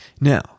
Now